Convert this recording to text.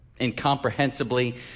Incomprehensibly